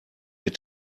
mit